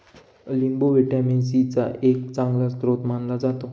लिंबू vitamin C चा एक चांगला स्रोत मानला जातो